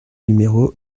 numéro